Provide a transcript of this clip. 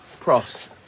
cross